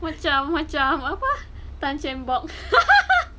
macam macam apa tan cheng bock